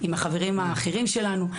עם החברים האחרים שלנו,